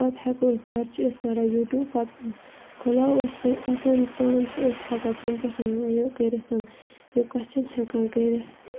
پَتہٕ ہٮ۪کو أسۍ گَرِ چھِ أسۍ کَڑان یوٗٹیوٗب پَتہٕ کھُلاوو أسۍ تہٕ آسٲنی سان چھِ أسۍ ہٮ۪کان تمہِ پٮ۪ٹھ یہِ کٔرِتھ یہِ کوسچَن ہٮ۪کان کٔرِتھ